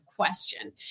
Question